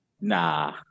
Nah